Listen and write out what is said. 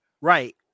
Right